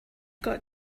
got